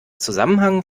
zusammenhang